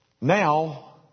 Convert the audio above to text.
now